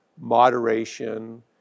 moderation